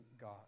God